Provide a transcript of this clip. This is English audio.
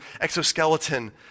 exoskeleton